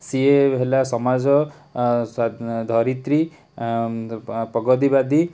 ସିଏ ହେଲା ସମାଜ ଧରିତ୍ରୀ ପ୍ରଗତିବାଦୀ